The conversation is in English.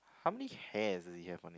how many hairs does he have on